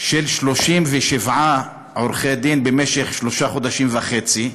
של 37 עורכי-דין במשך שלושה חודשים וחצי,